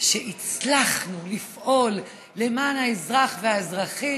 שהצלחנו לפעול למען האזרח והאזרחית,